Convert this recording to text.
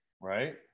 Right